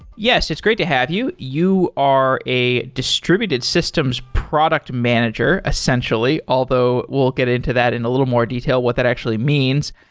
yes, it's great to have you. you are a distributed systems product manager, essentially. although, we'll get into that in a little more detail what that actually means.